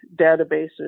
databases